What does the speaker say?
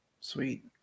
sweet